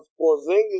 Porzingis